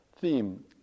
theme